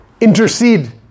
intercede